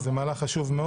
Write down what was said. זה מהלך חשוב.